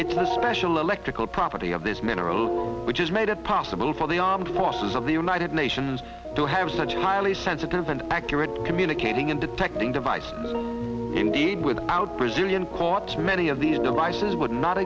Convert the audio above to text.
it's a special electrical property of this mineral which is made it possible for the armed forces of the united nations to have such highly sensitive and accurate communicating and detecting device indeed without brazilian court many of these devices would not